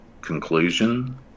conclusion